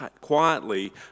quietly